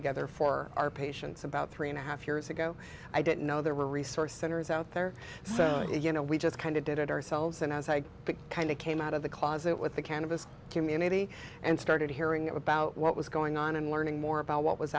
together for our patients about three and a half years ago i didn't know there were resource centers out there so you know we just kind of did it ourselves and as i kind of came out of the closet with the cannabis community and started hearing about what was going on and learning more about what was